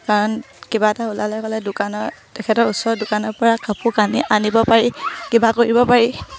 কাৰণ কিবা এটা ওলালে গ'লে দোকানৰ তেখেতৰ ওচৰৰ দোকানৰপৰা কাপোৰ কানি আনিব পাৰি কিবা কৰিব পাৰি